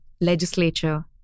legislature